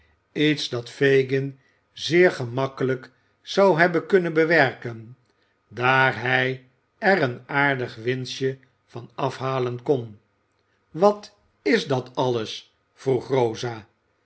iets dat fagin zeer gemakkelijk zou hebben kunnen bewerken daar hij er een aardig winstje van afhalen kon wat is dat alles vroeg rosa